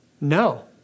no